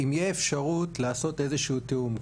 אם יש אפשרות לעשות תיאום מסוים,